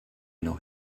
noch